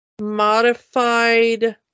modified